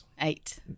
Eight